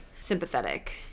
sympathetic